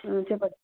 చెప్పండి